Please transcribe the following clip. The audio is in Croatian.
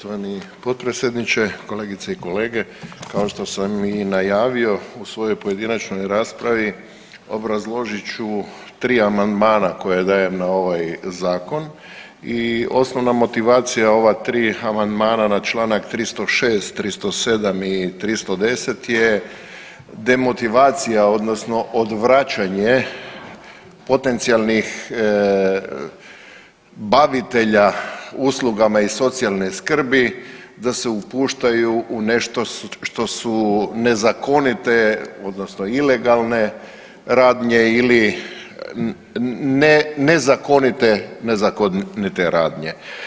Poštovani potpredsjedniče, kolegice i kolege kao što sam i najavio u svojoj pojedinačnoj raspravi obrazložit ću tri amandmana koja dajem na ovaj zakon i osnovna motivacija ova tri amandmana na Članak 306., 307. i 310. je demotivacija odnosno odvraćanje potencijalnih bavitelja uslugama iz socijalne skrbi da upuštaju u nešto što su nezakonite odnosno ilegalne radnje ili nezakonite, nezakonite radnje.